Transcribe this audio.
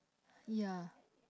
ya